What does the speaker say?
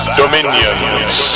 dominions